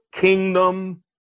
kingdom